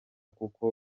kuko